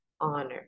honor